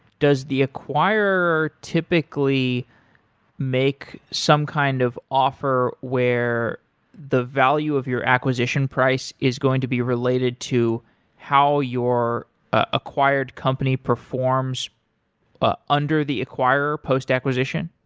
does the acquirer typically make some kind of offer where the value of your acquisition price is going to be related to how your acquired company performs ah under the acquirer post-acquisition?